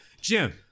Jim